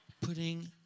Putting